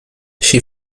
she